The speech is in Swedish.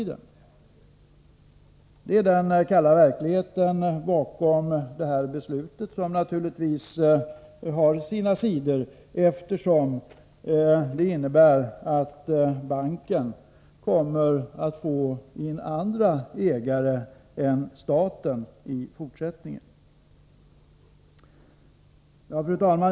Det är den kalla verkligheten bakom detta förslag, som naturligtvis har sina sidor, eftersom det innebär att banken i fortsättningen kommer att få in andra ägare än staten. Fru talman!